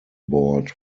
board